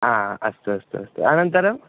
आ अस्तु अस्तु अस्तु अनन्तरम्